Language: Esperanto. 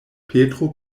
petro